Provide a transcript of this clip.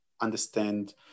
understand